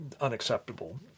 unacceptable